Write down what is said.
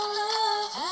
love